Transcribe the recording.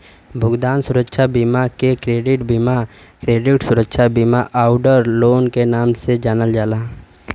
भुगतान सुरक्षा बीमा के क्रेडिट बीमा, क्रेडिट सुरक्षा बीमा आउर लोन के नाम से जानल जाला